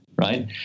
right